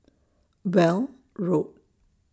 Weld Road